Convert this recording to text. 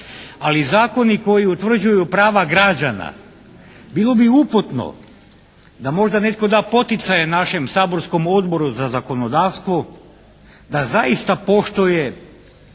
ali zakoni koji utvrđuju prava građana bilo bi uputno da možda netko da poticaje našem saborskom Odboru za zakonodavstvu da zaista poštuje